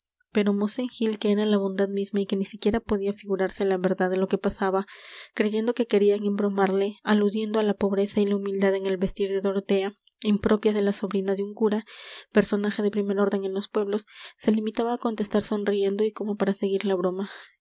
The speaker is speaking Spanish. pero mosén gil que era la bondad misma y que ni siquiera podía figurarse la verdad de lo que pasaba creyendo que querían embromarle aludiendo á la pobreza y la humildad en el vestir de dorotea impropias de la sobrina de un cura personaje de primer orden en los pueblos se limitaba á contestar sonriendo y como para seguir la broma